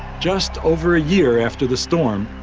just over a year after the storm,